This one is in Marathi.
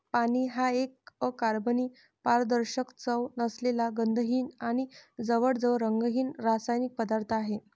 पाणी हा एक अकार्बनी, पारदर्शक, चव नसलेला, गंधहीन आणि जवळजवळ रंगहीन रासायनिक पदार्थ आहे